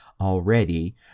already